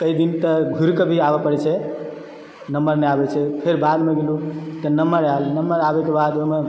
कै दिन तऽ घुरिके भी आबए परय छै नम्बर नहि आबैत छै फेर बादमे गेलु तऽ नम्बर आयल नम्बर आबयके बाद ओहिमे